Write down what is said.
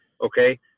Okay